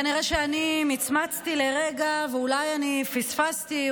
כנראה שאני מצמצתי לרגע ואולי אני פספסתי,